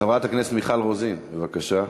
חברת הכנסת מיכל רוזין, בבקשה.